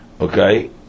Okay